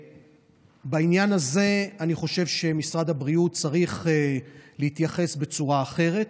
ולעניין הזה אני חושב שמשרד הבריאות צריך להתייחס בצורה אחרת.